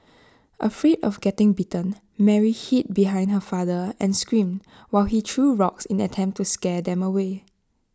afraid of getting bitten Mary hid behind her father and screamed while he threw rocks in an attempt to scare them away